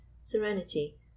serenity